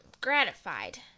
gratified